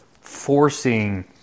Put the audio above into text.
forcing